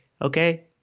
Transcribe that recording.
okay